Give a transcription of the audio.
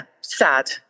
sad